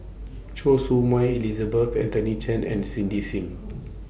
Choy Su Moi Elizabeth Anthony Chen and Cindy SIM